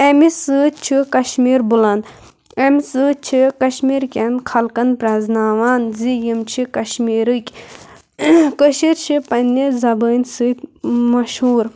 امہِ سۭتۍ چھِ کشمیٖر بُلنٛد امہٕ سۭتۍ چھِ کشمیٖر کٮ۪ن خلقن پرٛزناوان زِ یِم چھِ کشمیٖرٕکۍ کٔشیٖر چھِ پنٛنہِ زبٲنۍ سۭتۍ مشہوٗر